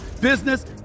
business